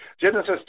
Genesis